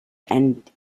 and